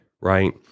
right